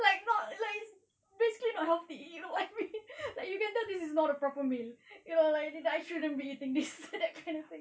like not like basically not healthy you know what I mean like you can tell it's not a proper meal you know like I shouldn't be eating this that kind of thing